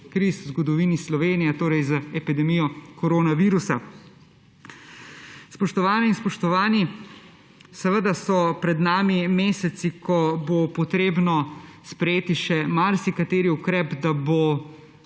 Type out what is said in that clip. kriz v zgodovini Slovenije, torej z epidemijo koronavirusa. Spoštovane in spoštovani! Seveda so pred nami meseci, ko bo potrebno sprejeti še marsikateri ukrep, da bo